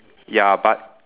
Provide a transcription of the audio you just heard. ya but